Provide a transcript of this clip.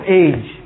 age